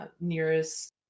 nearest